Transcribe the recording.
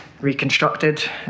reconstructed